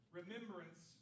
remembrance